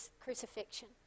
crucifixion